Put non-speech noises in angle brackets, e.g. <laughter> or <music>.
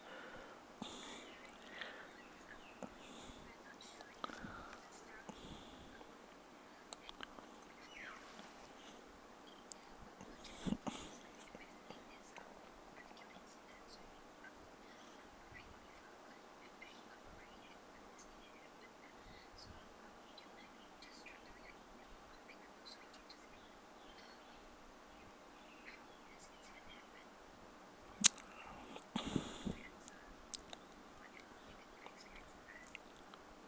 <noise>